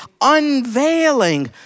unveiling